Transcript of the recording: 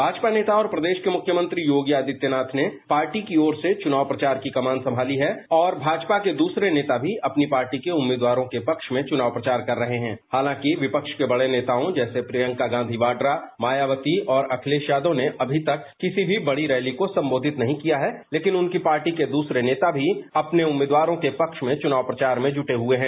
भाजपा नेता और प्रदेश के मुख्यमंत्री योगी आदित्यनाथ ने पार्टी की ओर से चुनाव प्रचार की कमान संभाली है और पार्टी के दूसरे नेता भी अपनी पार्टी के उम्मीदवारों के पक्ष में चुनाव प्रचार कर रहे हैं हालांकि विपक्ष के बड़े नेताओं जैसे मायावती प्रियंका गांधी वाड्रा और अखिलेश यादव ने अभी तक किसी भी बड़ी रैली को संबोधित नहीं किया है लेकिन उनकी पार्टी के दूसरे नेता अपने उम्मीदवारों के पक्ष में चुनाव प्रचार में जुटे हुए हैं